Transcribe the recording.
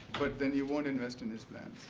but then you won't invest in his plan?